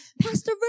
Pastor